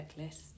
checklist